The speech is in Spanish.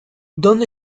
dónde